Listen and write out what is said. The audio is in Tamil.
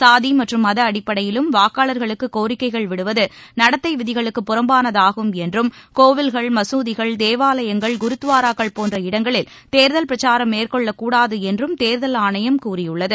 சாதிமற்றும் மதஅடிப்படையிலும் வாக்காளர்களுக்குகோரிக்கைகள் விடுவதுநடத்தைவிதிகளுக்கு புறம்பானதாகும் என்றும் கோவில்கள் மசூதிகள் தேவாலயங்கள் குருத்வாராக்கள் போன்ற இடங்களில் தேர்தல் பிரச்சாரம் மேற்கொள்ளக்கூடாதுஎன்றுதேர்தல் ஆணையம் கூறியுள்ளது